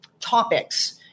topics